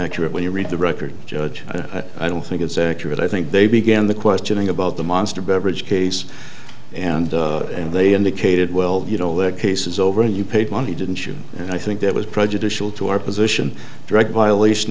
accurate when you read the record judge i don't think it's accurate i think they began the questioning about the monster beverage case and they indicated well you know all the case is over and you paid money didn't you and i think that was prejudicial to our position direct violation